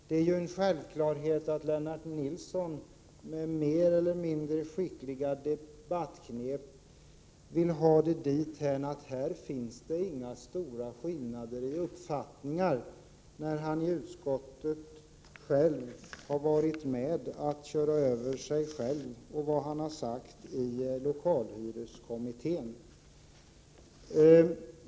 Det är en självklarhet att Lennart Nilsson med mer eller mindre skickliga debattknep vill ha det dithän att det inte finns några stora skillnader i uppfattning, när han i utskottet varit med om att köra över sig själv och det han sagt i lokalhyreskommittén.